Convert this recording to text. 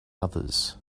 others